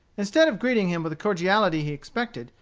instead of greeting him with the cordiality he expected,